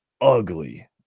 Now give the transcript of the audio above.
ugly